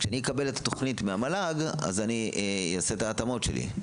כשאני אקבל את התכנית מהמל"ג אני אעשה את ההתאמות שלי.